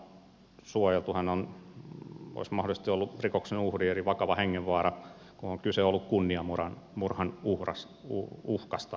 hän olisi mahdollisesti ollut rikoksen uhri eli on ollut vakava hengenvaara oli kyse kunniamurhan uhkasta